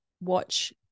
watch